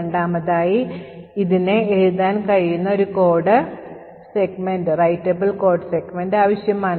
രണ്ടാമതായി ഇതിന് എഴുതാൻ കഴിയുന്ന ഒരു കോഡ് സെഗ്മെന്റ് ആവശ്യമാണ്